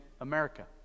America